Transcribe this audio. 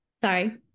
Sorry